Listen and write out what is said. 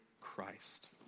Christ